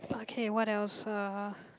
okay what else uh